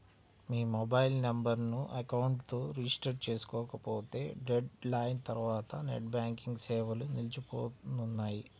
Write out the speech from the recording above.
మీ mobile నెంబర్ను account తో register చేసుకోకపోతే డెడ్ లైన్ తర్వాత నెట్ బ్యాంకింగ్ సేవలు నిలిచిపోనున్నాయి